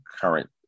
current